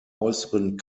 äußeren